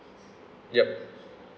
yup